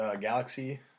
Galaxy